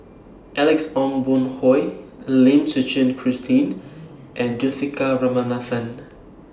Alex Ong Boon Hau Lim Suchen Christine and Juthika Ramanathan